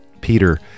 Peter